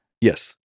Yes